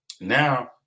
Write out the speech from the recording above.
Now